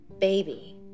baby